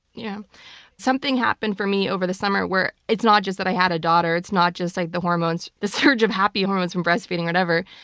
yeah something happened for me over the summer where, it's not just that i had a daughter, it's not just like the hormones, the surge of happy hormones from breastfeeding or whatever.